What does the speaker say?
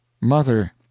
MOTHER